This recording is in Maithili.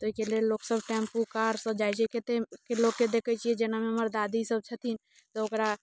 ताहिके लेल लोकसब टेम्पू कारसँ जाइत छै कतेक के लोककेँ देखैत छियै जेनामे हमर दादी सब छथिन तऽ ओकरा